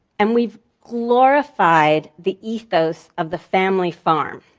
and we've glorified the ethos of the family farm.